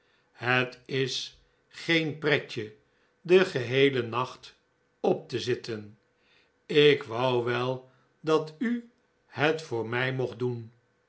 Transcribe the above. het is geen pretje den geheelen nacht op te zitten ik wou wel dat u het voor mij mocht doen